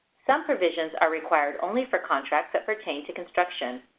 some provisions are required only for contracts that pertain to construction.